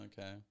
okay